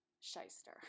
shyster